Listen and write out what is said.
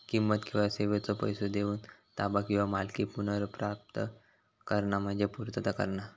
किंमत किंवा सेवेचो पैसो देऊन ताबा किंवा मालकी पुनर्प्राप्त करणा म्हणजे पूर्तता करणा